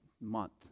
month